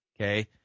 Okay